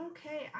Okay